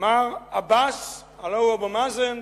מר עבאס, הלוא הוא אבו מאזן,